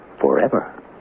forever